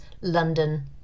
London